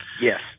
Yes